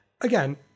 again